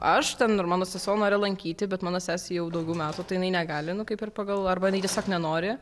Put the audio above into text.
aš ten ir mano sesuo nori lankyti bet mano sesei jau daugiau metų tai negali nu kaip ir pagal arba jei tiesiog nenori